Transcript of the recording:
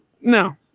No